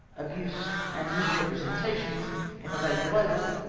abuse, and iniisrepresentations in a late libel,